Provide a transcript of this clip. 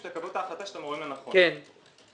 שתקבלו את ההחלטה שאתם רואים לנכון: הבנקים,